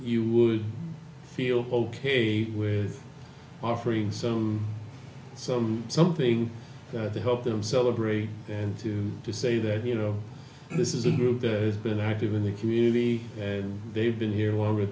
you would feel ok with offering some some something to help them celebrate and to to say that you know this is a group that has been active in the community and they've been here longer